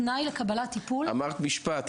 התנאי לקבלת טיפול --- אמרת משפט,